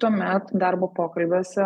tuomet darbo pokalbiuose